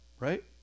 right